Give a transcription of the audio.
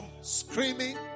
screaming